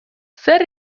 zer